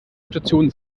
situation